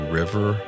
river